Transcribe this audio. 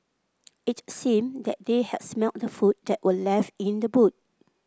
it seemed that they had smelt the food that were left in the boot